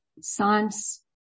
science